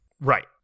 Right